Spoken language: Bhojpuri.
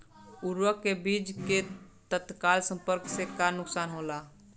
उर्वरक और बीज के तत्काल संपर्क से का नुकसान होला?